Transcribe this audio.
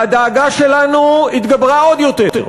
והדאגה שלנו התגברה עוד יותר.